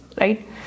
right